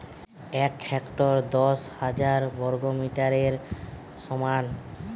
এক হেক্টর দশ হাজার বর্গমিটারের সমান